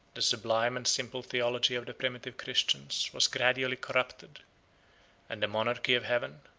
the sublime and simple theology of the primitive christians was gradually corrupted and the monarchy of heaven,